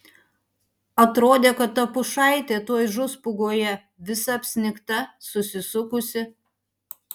atrodė kad ta pušaitė tuoj žus pūgoje visa apsnigta susisukusi